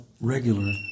regular